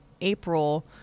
April